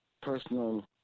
personal